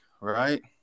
right